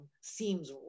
seems